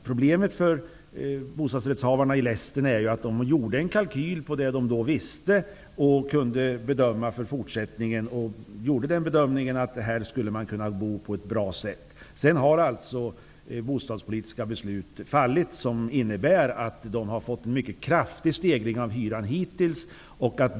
Problemet för bostadsrättsinnehavarna i Lästen är att de gjorde en kalkyl som grundade sig på vad de då visste och vad de kunde bedöma för fortsättningen. De gjorde den bedömningen att man skulle kunna bo på ett bra sätt där. Sedan har det alltså fattats bostadspolitiska beslut som innebär att de hittills har fått en mycket kraftig stegring av hyran.